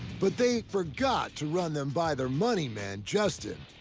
but they forgot to run them by their money man, justin.